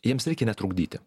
jiems reikia netrukdyti